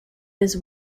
his